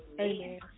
Amen